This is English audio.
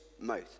mouth